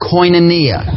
Koinonia